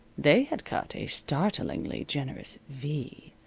they had cut a startlingly generous v.